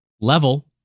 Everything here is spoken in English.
level